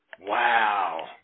Wow